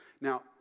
Now